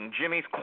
Jimmy's